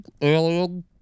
Alien